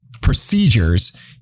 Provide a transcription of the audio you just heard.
procedures